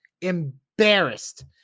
Embarrassed